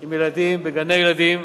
עם ילדים בגני-ילדים